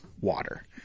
water